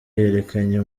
yerekanye